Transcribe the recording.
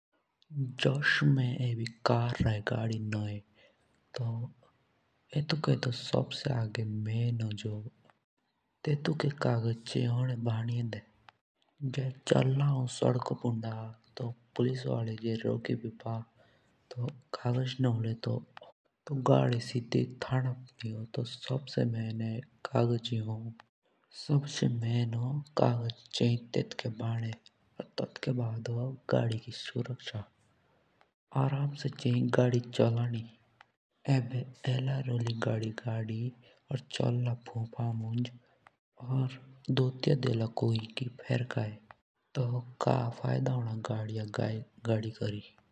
जुस एभी मानो की में बकरा रा काटी तो हौं। एस चौं की जो मोशो होन सो काफी टाइम लग चाहिए चोली। तो सबसे अगे तो हौं तेतकी खल कोरदा ता गाड़ी तेतके बाद ओलोग ओलोग पीक कोरदा भनि। अर तेतकी अनाध पोती फेर कयी धेन्दा ता ओर तेत पंडो कोनिक धुआं चेयी होनो।